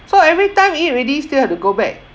so every time eat already still have to go back